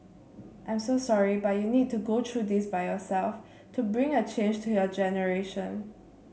I'm so sorry but you need to go through this by yourself to bring a change to your generation